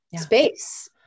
space